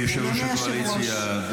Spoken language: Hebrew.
יושב-ראש הקואליציה,